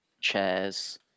chairs